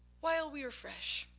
while we are fresh,